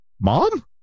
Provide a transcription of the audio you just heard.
Mom